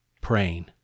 praying